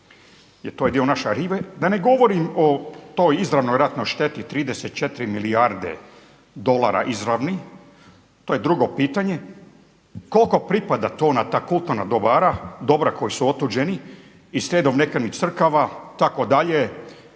Jer to je dio naše arhive. Da ne govorim o toj izravnoj ratnoj šteti 34 milijarde dolara izravnih, to je drugo pitanje. Koliko pripada …/Govornik se ne razumije./… kulturna dobra koji su otuđeni i srednjovjekovnih crkava, itd.,